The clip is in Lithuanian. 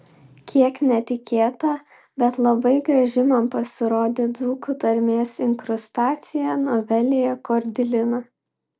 kiek netikėta bet labai graži man pasirodė dzūkų tarmės inkrustacija novelėje kordilina